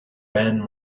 ben